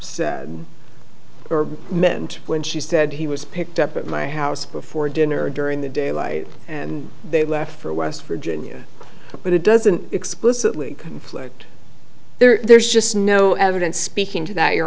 infer or meant when she said he was picked up at my house before dinner or during the daylight and they left for west virginia but it doesn't explicitly conflict there's just no evidence speaking to that your